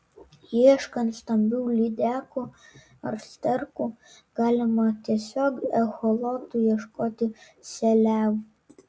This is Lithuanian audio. ieškant stambių lydekų ar sterkų galima tiesiog echolotu ieškoti seliavų